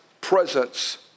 presence